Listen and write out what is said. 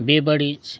ᱵᱮ ᱵᱟᱹᱲᱤᱡᱽ